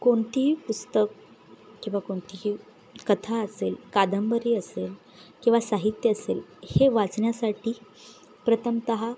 कोणतंही पुस्तक किंवा कोणतीही कथा असेल कादंबरी असेल किंवा साहित्य असेल हे वाचण्यासाठी प्रथमतः